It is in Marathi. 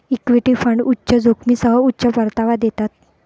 इक्विटी फंड उच्च जोखमीसह उच्च परतावा देतात